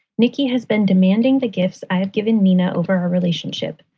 nikki has been demanding the gifts i have given mina over her relationship.